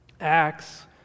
Acts